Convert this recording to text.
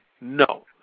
no